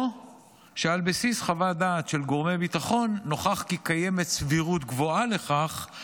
או שעל בסיס חוות דעת של גורמי ביטחון נוכח כי קיימת סבירות גבוהה לכך.